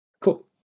Cool